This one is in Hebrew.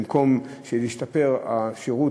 במקום שהשירות ישתפר,